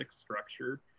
structure